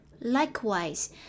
Likewise